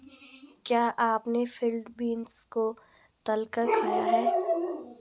क्या आपने field beans को तलकर खाया है?